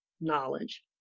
knowledge